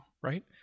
right